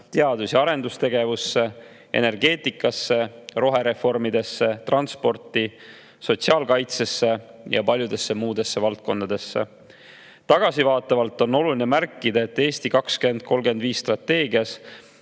teadus‑ ja arendustegevusse, energeetikasse, rohereformidesse, transporti, sotsiaalkaitsesse ja paljudesse muudesse valdkondadesse. Tagasivaatavalt on oluline märkida, et "Eesti 2035" strateegias